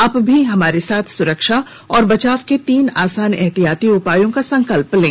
आप भी हमारे साथ सुरक्षा और बचाव के तीन आसान एहतियाती उपायों का संकल्प लें